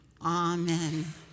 Amen